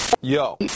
Yo